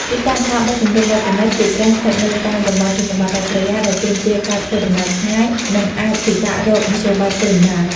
ទីតាំង ការបោះជំរំបែបប្រណីត ជាច្រើនស្ថិតនៅតាមតំបន់ជនបទដាច់ស្រយាល ដែលទាមទារការធ្វើដំណើរឆ្ងាយ និងអាចពិបាករកមធ្យោបាយធ្វើដំណើរ។